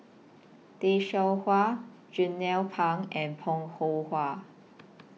Tay Seow Huah Jernnine Pang and Bong Hiong Hwa